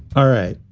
all right.